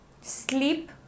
sleep